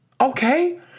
okay